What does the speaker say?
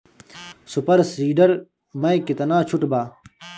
Super seeder मै कितना छुट बा?